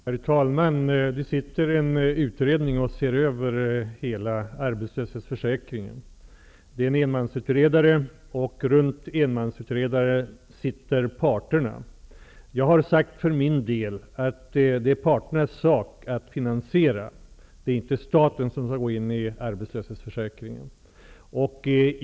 Herr talman! En utredning ser över hela arbetslöshetsförsäkringen. Det är en enmansutredare och runt enmansutredaren sitter parterna. Jag har för min del sagt att det är parternas sak att finansiera försäkringen. Det är inte staten som skall gå in i arbetslöshetsförsäkringen.